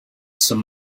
some